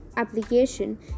application